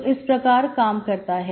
तो यह इस प्रकार काम करता है